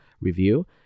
review